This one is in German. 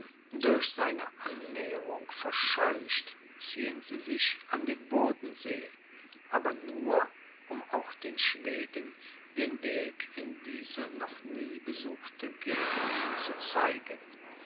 durch seine annäherung verscheucht ziehen sie sich an den bodensee aber nur um auch den schweden den weg in diese noch nie besuchte gegend zu zeigen